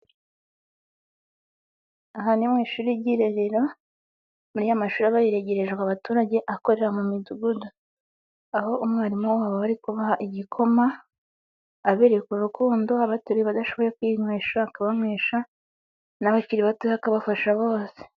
Aha ni mu ishuri ry'irerero muri y'amashuri aba yaregerejwe abaturage akorera mu midugudu. Aho umwarimu wabo aba ari kubaha igikoma, abereka urukundo, abateruye, abadashoboye kwinywesha akabanywesha n'abakiri bato akabafasha bose.